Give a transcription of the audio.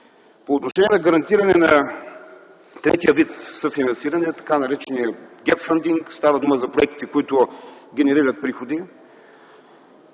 По отношение гарантиране на третия вид съфинансиране – така нареченият геп фъндинг, става дума за проектите, които генерират приходи,